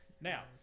Now